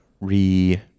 re